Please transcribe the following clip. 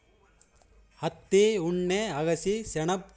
ಹತ್ತಿ ಉಣ್ಣೆ ಅಗಸಿ ಸೆಣಬ್ ತೆಂಗಿನ್ಕಾಯ್ ಇವ್ ನೈಸರ್ಗಿಕ್ ಫೈಬರ್ ಆಗ್ಯಾವ್